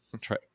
Try